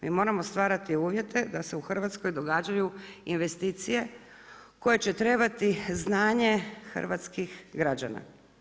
Mi moramo stvarati uvjete da se u Hrvatskoj događaju investicije koje će trebati znanje hrvatskih građana.